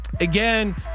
Again